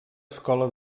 escola